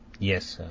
yes,